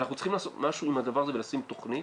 אנחנו צריכים לעשות משהו עם הדבר הזה ולשים תוכנית,